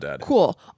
cool